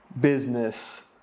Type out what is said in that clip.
business